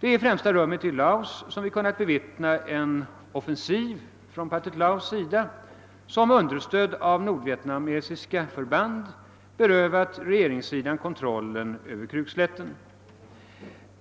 Det är i främsta rummet i Laos, som vi kunnat bevittna en offensiv från Pathet Laos sida, som understödd av nordvietnamesiska förband berövat regeringssidan kontrollen över Krukslätten.